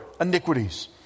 iniquities